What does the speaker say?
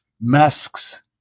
masks